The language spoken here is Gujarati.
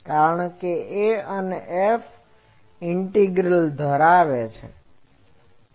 કારણ કે A અને F ઈન્ટીગ્રલ ધરાવે છે